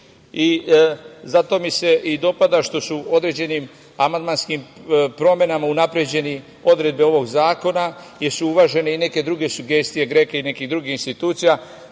zato mi se i dopada što su određenim amandmanskim promenama unapređene odredbe ovog kodeksa, jer su uvažene i neke druge sugestije GREK-a i nekih drugih institucija